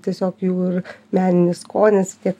tiesiog jų ir meninis skonis tiek